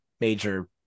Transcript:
major